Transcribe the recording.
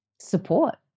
support